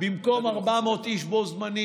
במקום 400 איש בו-בזמן,